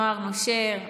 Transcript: נוער נושר.